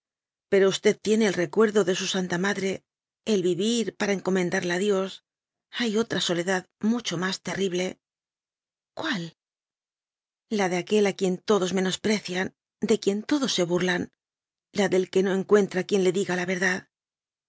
pero usted tiene el recuerdo de su santa madre el vivir para encomendarla a dios hay otra sole dad mucho más terrible cual la de aquel a quien todos menosprecian de quien todos se burlan la del que no en cuentra quien le diga la verdad